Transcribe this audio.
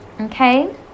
Okay